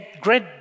great